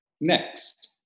next